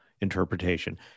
interpretation